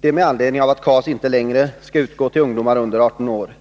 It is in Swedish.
Det är med anledning av att kontant arbetsmarknadsstöd inte längre skall utgå till ungdomar under 18 år.